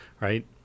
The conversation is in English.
right